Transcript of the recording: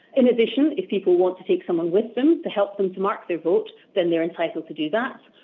in addition, if people want to take someone with them, to help them to mark their vote, then they are entitled to do that.